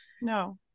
No